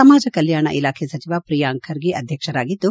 ಸಮಾಜ ಕಲ್ವಾಣ ಇಲಾಖೆ ಸಚಿವ ಪ್ರಿಯಾಂಕ್ ಖರ್ಗೆ ಅಧ್ಯಕ್ಷರಾಗಿದ್ದು